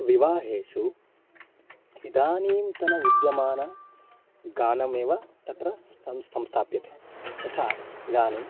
विवाहेषु इदानीं तनविद्यमानगानमेव तत्र सं संस्थाप्यते यथा इदानीं